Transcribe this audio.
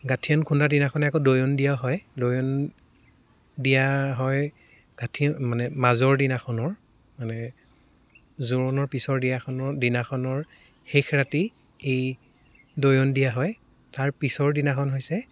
গাঠিয়ন খুন্দা দিনাখনে আকৌ দৈয়ন দিয়া হয় দৈয়ন দিয়া হয় গাঠিয়ন মানে মাজৰ দিনাখনৰ মানে জোৰোণৰ পিছৰ দিনাখনৰ দিনাখনৰ শেষ ৰাতি এই দৈয়ন দিয়া হয় তাৰ পিছৰ দিনাখন হৈছে